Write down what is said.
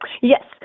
yes